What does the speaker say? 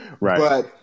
right